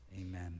amen